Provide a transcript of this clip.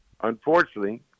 unfortunately